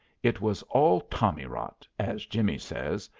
it was all tommy rot, as jimmy says,